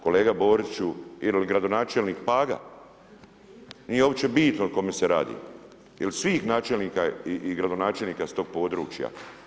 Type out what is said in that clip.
Kolega Boriću, ili gradonačelnik Paga, nije uopće bitno o kome se radi jer svih načelnika i gradonačelnika s tog područja.